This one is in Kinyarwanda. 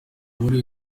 muri